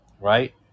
right